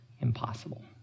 impossible